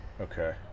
okay